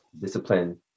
discipline